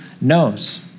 knows